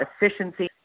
efficiency